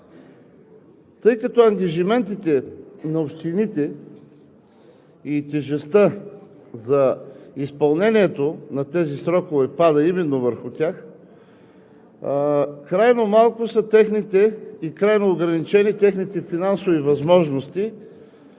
Тъй като ангажиментите на общините и тежестта за изпълнението на тези срокове пада именно върху тях, крайно малко, крайно ограничени са техните финансови възможности,